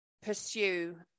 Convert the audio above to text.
pursue